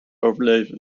overleven